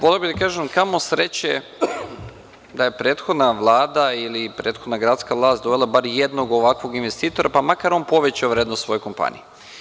Voleo bih da kažem kamo sreće da je prethodna Vlada ili prethodna gradska vlast dovela bar jednog ovakvog investitora, pa makar on povećao vrednost svoje kompanije.